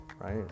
right